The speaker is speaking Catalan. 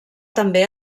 també